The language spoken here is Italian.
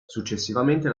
successivamente